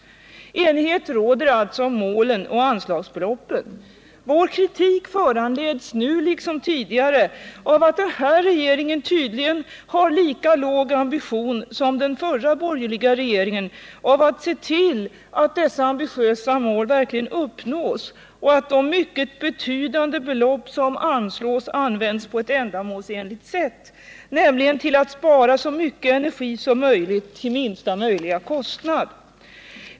Enighet råder alltså om målen och anslagsbeloppen. Vår kritik föranleds nu liksom tidigare av att den nya regeringen tydligen har lika låg ambition som den förra borgerliga regeringen när det gäller att se till att dessa ambitiösa mål verkligen uppnås och att de mycket betydande belopp som anslås används på ett ändamålsenligt sätt, nämligen till att spara så mycket energi som möjligt till minsta möjliga kostnad.